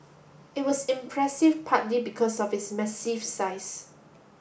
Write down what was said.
it was impressive partly because of its massive size